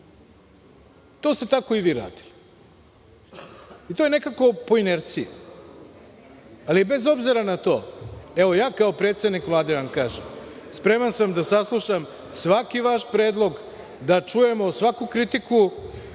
To ste tako i vi radili i to je nekako po inerciji. Ali, bez obzira na to, ja kao predsednik Vlade vam kažem - spreman sam da saslušam svaki vaš predlog, da čujemo svaku kritiku.